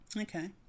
Okay